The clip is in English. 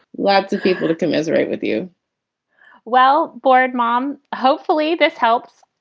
lots of people to commiserate with you well, bored, mom. hopefully this helps.